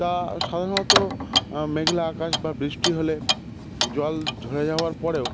তা সাধারণত মেঘলা আকাশ বা বৃষ্টি হলে জল ঝরে যাওয়ার পরেও